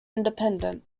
independent